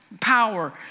power